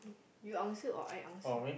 you answer or I answer